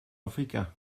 africa